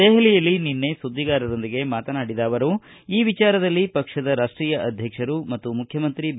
ದೆಹಲಿಯಲ್ಲಿ ನಿನ್ನೆ ಸುದ್ದಿಗಾರರೊಂದಿಗೆ ಮಾತನಾಡಿದ ಅವರು ಈ ವಿಚಾರದಲ್ಲಿ ಪಕ್ಷದ ರಾಷ್ಷೀಯ ಅಧ್ಯಕ್ಷರು ಮತ್ತು ಮುಖ್ಯಮಂತ್ರಿ ಬಿ